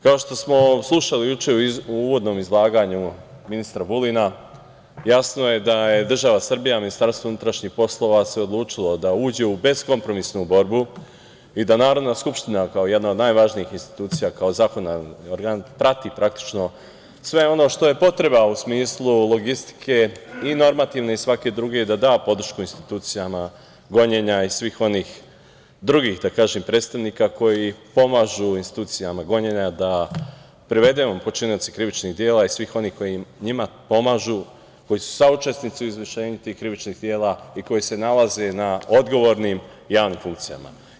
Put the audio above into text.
Kao što smo slušali juče u uvodnom izlaganju ministra Vulina jasno je da je država Srbija, MUP se odlučilo da uđe u beskompromisnu borbu i da Narodna skupština, kao jedna od najvažnijih institucija, kao zakonodavni organ, prati praktično sve ono što je potreba u smislu logistike i normativne i svake druge da da podršku institucijama gonjenja i svih onih drugih predstavnika koji pomažu institucijama gonjenja da privedemo počinioce krivičnih dela i svih onih koji njima pomažu, koji su saučesnici u izvršenju tih krivičnih dela i koji se nalaze na odgovornim javnim funkcijama.